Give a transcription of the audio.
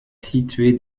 située